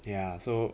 ya so